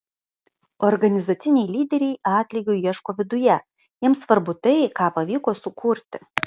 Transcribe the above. organizaciniai lyderiai atlygio ieško viduje jiems svarbu tai ką pavyko sukurti